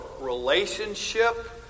relationship